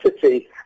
city